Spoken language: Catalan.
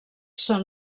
són